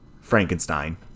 Frankenstein